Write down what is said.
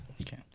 Okay